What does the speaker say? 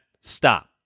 Stop